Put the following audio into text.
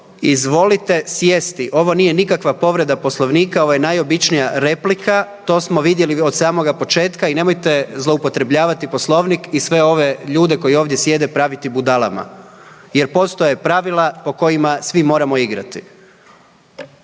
Izvolite sjesti. Ovo nije nikakva povreda Poslovnika, ovo je najobičnija replika. To smo vidjeli od samoga početka i nemojte zloupotrebljavati Poslovnik i sve ove ljude koji ovdje sjede praviti budalama jer postoje pravila po kojima svi moramo igrati.